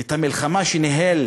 את המלחמה שניהל